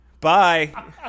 Bye